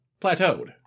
plateaued